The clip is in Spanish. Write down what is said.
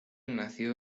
nació